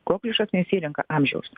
kokliušas nesirenka amžiaus